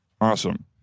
Awesome